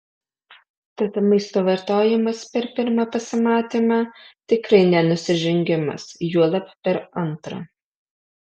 tad maisto vartojimas per pirmą pasimatymą tikrai ne nusižengimas juolab per antrą